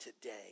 today